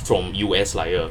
from U_S supplier